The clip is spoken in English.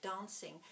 dancing